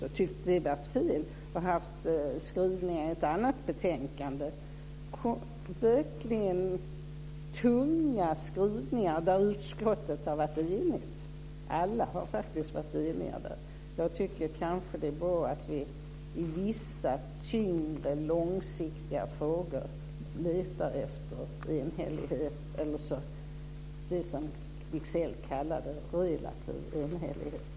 Vi har tyckt att det har varit fel och haft verkligt tunga skrivningar i ett annat betänkande, där utskottet har varit enigt. Alla har faktiskt varit eniga där. Jag tycker att det är bra att vi i vissa tyngre långsiktiga frågor letar efter enhällighet eller det som